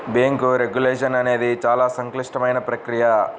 bank regulation అనేది చాలా సంక్లిష్టమైన ప్రక్రియ